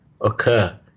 occur